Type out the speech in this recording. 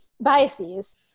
biases